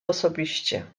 osobiście